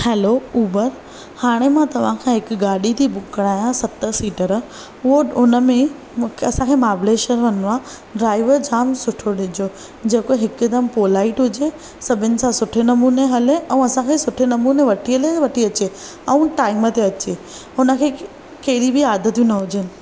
हलो Uber हाणे मां तव्हांखा हिकु गाॾी थी बुक करायां सत सीटर उहो हुनमें असांखे महाबलेश्वर वञणो आहे ड्राइवर जाम सुठो ॾिजो जेको हिकदमि पोलाइट हुजे सभिनि खां सुठे नमूने हले ऐं असांखे सुठे नमूने वठी हले ऐं वठी अचे ऐं टाइम ते अचे हुनखे कहिड़ी बि आदतियूं न हुजनि